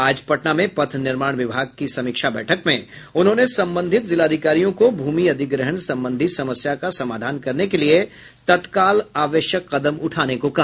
आज पटना में पथ निर्माण विभाग की समीक्षा बैठक में उन्होंने संबंधित जिलाधिकारियों को भूमि अधिग्रहण संबंधी समस्या का समाधान करने के लिए तत्काल आवश्यक कदम उठाने को कहा